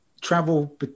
travel –